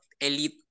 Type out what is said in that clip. elite